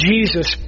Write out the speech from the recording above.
Jesus